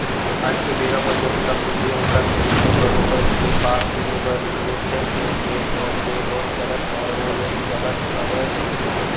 आज के बेरा म जउन ल पूछबे ओखर मुहूँ ले बरोबर ये बात सुने बर मिलथेचे के मोर ये लोन चलत हवय ओ लोन चलत हवय कहिके